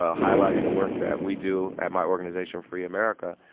ah highlighting the work that we do at my organization, freeamerica.